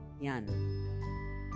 Yan